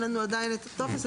אין לנו עדיין הטופס.